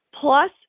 Plus